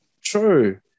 True